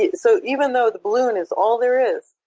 yeah so even though the balloon is all there is,